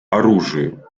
оружию